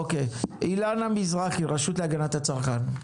אילנה מזרחי, הרשות להגנת הצרכן,